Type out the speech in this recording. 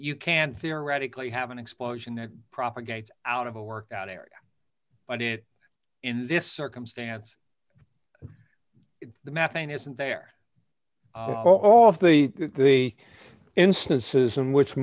you can theoretically have an explosion that propagates out of a workout area but it in this circumstance the methane isn't there all of the the instances in wh